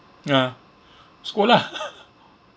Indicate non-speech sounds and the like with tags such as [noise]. ya scold ah [laughs]